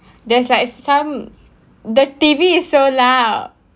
there's like some the T_V is so loud